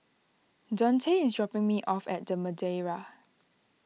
Daunte is dropping me off at the Madeira